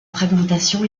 fragmentation